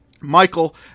michael